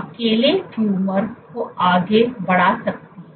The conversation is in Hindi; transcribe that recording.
अकेले ट्यूमर को आगे बढ़ा सकती है